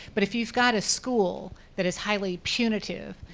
but if you've got a school that is highly punitive,